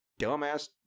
dumbass